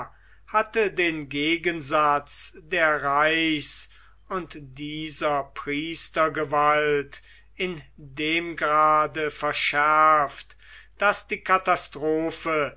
hatte den gegensatz der reichs und dieser priestergewalt in dem grade verschärft daß die katastrophe